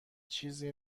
چیزی